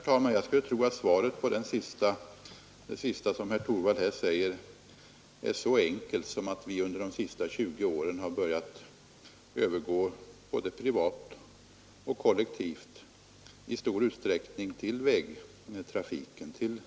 Herr talman! Jag skulle tro att svaret på det sista herr Torwald sade är så enkelt som att vi under de senaste 20 åren både när det gäller privatresor och kollektivresor i stor utsträckning övergått till vägtrafik — till